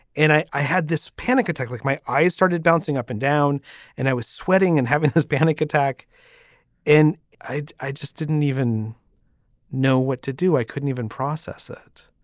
and i i had this panic attack like my eyes started bouncing up and down and i was sweating and having this panic attack and i i just didn't even know what to do i couldn't even process it